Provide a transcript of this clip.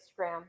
Instagram